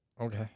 Okay